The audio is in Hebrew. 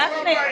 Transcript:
הצבעה.